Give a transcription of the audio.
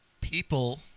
People